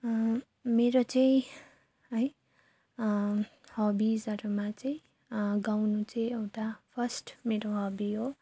मेरो चाहिँ है हबीसहरूमा चाहिँ गाउनु चाहिँ एउटा फर्स्ट मेरो हबी हो